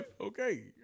Okay